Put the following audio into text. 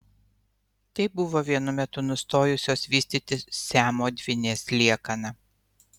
tai buvo vienu metu nustojusios vystytis siamo dvynės liekana